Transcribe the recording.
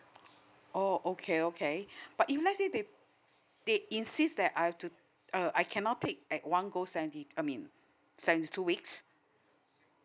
oh okay okay but if let say they they insist that I've to uh I cannot take at one go seventy I mean seventy two weeks